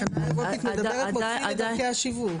תקנה אירופית מדברת --- את דרכי השיווק.